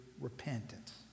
repentance